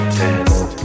test